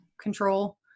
control